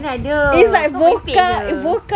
mana ada merepek jer